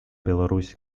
беларусь